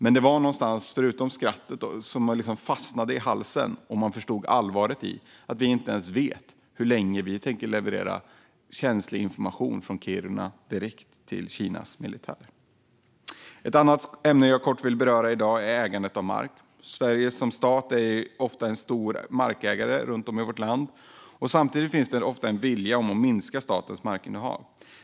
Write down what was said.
Man skrattade, men det var något som fastnade i halsen när man förstod allvaret i att vi inte ens vet hur länge som känslig information kommer att levereras från Kiruna direkt till Kinas militär. Ett annat ämne som jag kortfattat vill beröra i dag är ägandet av mark. Sverige som stat är ofta en stor markägare runt om i vårt land. Samtidigt finns det ofta en vilja att minska statens markinnehav.